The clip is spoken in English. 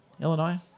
Illinois